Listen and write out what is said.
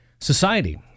society